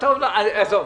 עזוב.